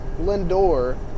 Lindor